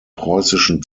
preußischen